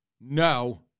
No